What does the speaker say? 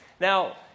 Now